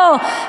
זה לא,